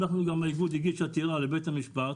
אנחנו גם האיגוד הגיש עתירה לבית המשפט,